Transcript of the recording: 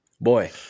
boy